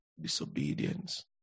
Disobedience